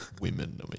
women